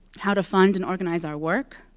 how to fund and organize our work.